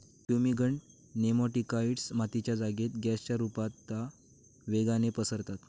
fumigant nematicides मातीच्या जागेत गॅसच्या रुपता वेगाने पसरतात